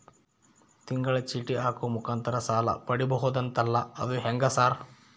ತಿಂಗಳ ಚೇಟಿ ಹಾಕುವ ಮುಖಾಂತರ ಸಾಲ ಪಡಿಬಹುದಂತಲ ಅದು ಹೆಂಗ ಸರ್?